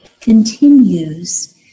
continues